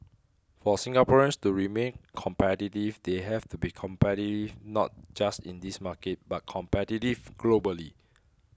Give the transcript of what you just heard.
for Singaporeans to remain competitive they have to be competitive not just in this market but competitive globally